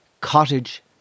cottage